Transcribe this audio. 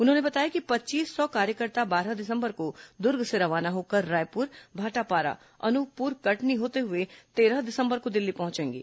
उन्होंने बताया कि पच्चीस सौ कार्यकर्ता बारह दिसंबर को दुर्ग से रवाना होकर रायपुर भाटापारा अनूपपुर कटनी होते हुए तेरह दिसंबर को दिल्ली पहुंचेंगे